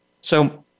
So-